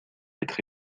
être